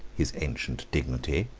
his ancient dignity,